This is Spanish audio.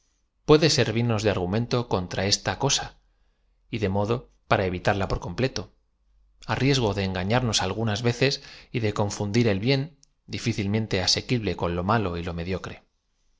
puede aervirnoa de argumento contra e ta cosa y de m otivo p ara evitarla por completo árieago de engafiarnoa algunas vecea y de confundir el bien dlficilmente asequible con lo malo y lo medio